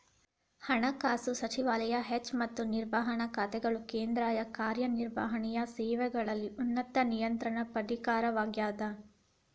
ಹಣಕಾಸು ಸಚಿವಾಲಯ ವೆಚ್ಚ ಮತ್ತ ನಿರ್ವಹಣಾ ಖಾತೆಗಳ ಕೇಂದ್ರೇಯ ಕಾರ್ಯ ನಿರ್ವಹಣೆಯ ಸೇವೆಗಳಲ್ಲಿ ಉನ್ನತ ನಿಯಂತ್ರಣ ಪ್ರಾಧಿಕಾರವಾಗ್ಯದ